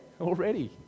already